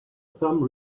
some